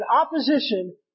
opposition